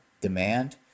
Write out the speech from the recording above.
demand